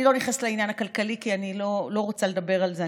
אני לא נכנסת לעניין הכלכלי כי אני לא רוצה לדבר על זה.